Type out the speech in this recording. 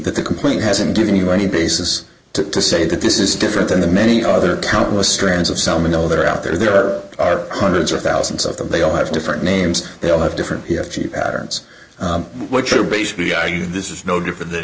that the complaint hasn't given you any basis to say that this is different than the many other countless strains of salmonella that are out there there are hundreds or thousands of them they all have different names they all have different here patterns which are basically i this is no different than